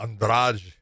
Andrade